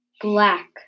black